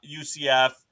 UCF